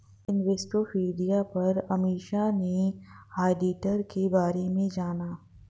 Investopedia पर अमीषा ने auditor के बारे में जाना